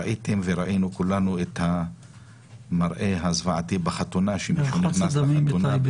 ראיתם וראינו כולנו את המראה הזוועתי בחתונה --- מרחץ הדמים בטייבה.